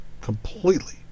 completely